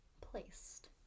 placed